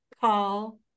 Paul